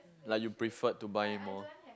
like you prefer to buy more